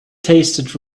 tasted